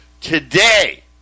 Today